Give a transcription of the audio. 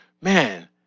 man